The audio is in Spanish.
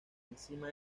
encima